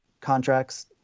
contracts